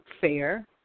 fair